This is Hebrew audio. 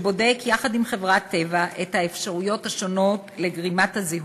שבודק יחד עם חברת "טבע" את האפשרויות השונות לגרימת הזיהום.